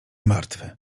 martwy